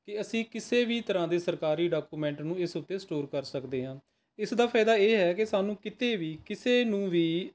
ਕਿ ਅਸੀਂ ਕਿਸੇ ਵੀ ਤਰ੍ਹਾਂ ਦੇ ਸਰਕਾਰੀ ਡਾਕੂਮੈਂਟ ਨੂੰ ਇਸ ਉੱਤੇ ਸਟੋਰ ਕਰ ਸਕਦੇ ਹਾਂ ਇਸ ਦਾ ਫ਼ਾਇਦਾ ਇਹ ਹੈ ਕਿ ਸਾਨੂੰ ਕਿਤੇ ਵੀ ਕਿਸੇ ਨੂੰ ਵੀ